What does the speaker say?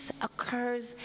occurs